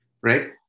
Right